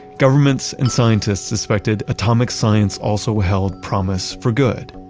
governments and scientists suspected atomic science also held promise for good.